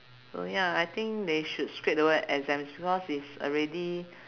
so ya I think they should scrape the word exams because it's already